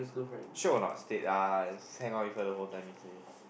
sure a not stead ah hang out with her the whole time yesterday